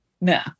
no